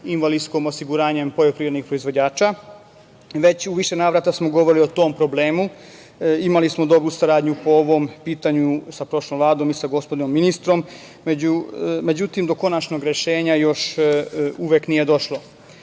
penzijsko-invalidskim osiguranjem poljoprivrednih proizvođača. U više navrata smo govorili o tom problemu. Imali smo dobru saradnju po ovom pitanju sa prošlom vladom i gospodinom ministrom, međutim, do konačnog rešenja još uvek nije